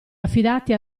affidati